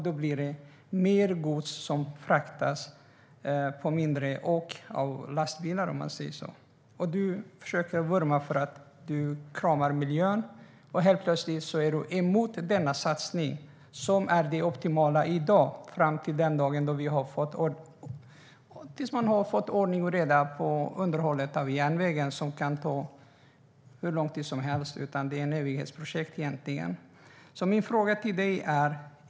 Då blir det mer gods som fraktas av färre lastbilar, om man säger så. Du vurmar för och försöker krama miljön, och helt plötsligt är du emot denna satsning som är det optimala i dag fram till den dag då vi har fått ordning och reda på underhållet av järnvägen. Det kan ta hur lång tid som helst; det är egentligen ett evighetsprojekt. Jag har därför en fråga till dig, Emma Wallrup.